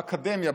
באקדמיה,